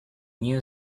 new